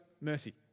mercy